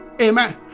amen